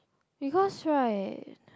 because right